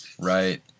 right